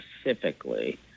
specifically